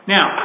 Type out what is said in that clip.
Now